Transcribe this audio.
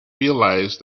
realized